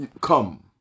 Come